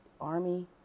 army